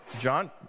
John